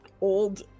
old